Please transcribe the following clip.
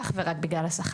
אך ורק בגלל השכר.